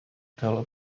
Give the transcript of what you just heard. tell